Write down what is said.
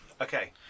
Okay